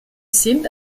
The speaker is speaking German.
sind